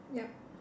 yup